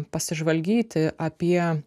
pasižvalgyti apie